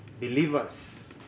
Believers